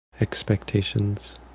expectations